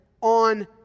on